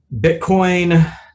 Bitcoin